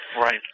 Right